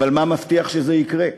אבל מה מבטיח שזה יקרה?